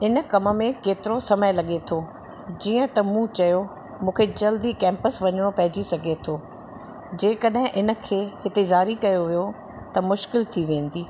हिन कम में केतिरो समय लॻे थो जीअं त मूं चयो मूंखे जल्द ई कैंपस वञिणो पइजी सघे थो जंहिंकहिं इन खे हिते ज़ारी कयो वियो त मुश्किल थी वेंदी